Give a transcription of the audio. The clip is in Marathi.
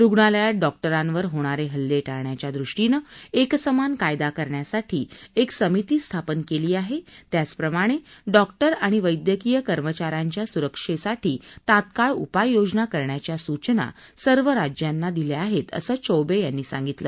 रुग्णालयात डॉक्टरांवर होणारे हल्ले टाळण्याच्या दृष्टीनं एकसमान कायदा करण्यासाठी एक समिती स्थापन केली आहे त्याचप्रमाणे डॉक्टर आणि वैद्यकीय कर्मचाऱ्यांच्या सुरक्षेसाठी तात्काळ उपाययोजना करण्याच्या सूचना सर्व राज्यांना दिल्या आहेत असं चौबे यांनी सांगितलं